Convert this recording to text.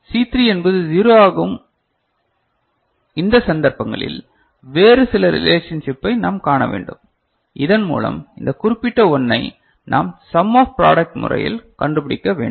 C 3 என்பது 0 ஆகும் இந்த சந்தர்ப்பங்களில் வேறு சில ரிலேஷன்ஷிப்பை நாம் காண வேண்டும் இதன் மூலம் இந்த குறிப்பிட்ட 1 ஐ நாம் சம் ஆப் ப்ராடக்ட் முறையில் கண்டுபிடிக்க வேண்டும்